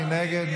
מי נגד?